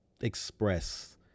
express